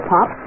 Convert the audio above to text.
Pop